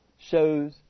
shows